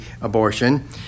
abortion